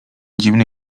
dziwny